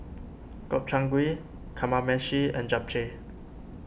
Gobchang Gui Kamameshi and Japchae